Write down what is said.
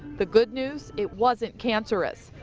the good news, it wasn't cancerous.